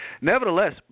nevertheless